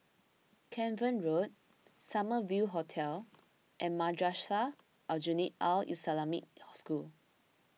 Cavan Road Summer View Hotel and Madrasah Aljunied Al Islamic School